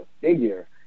figure